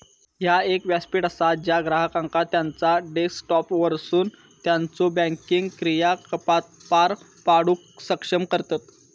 ह्या एक व्यासपीठ असा ज्या ग्राहकांका त्यांचा डेस्कटॉपवरसून त्यांचो बँकिंग क्रियाकलाप पार पाडूक सक्षम करतत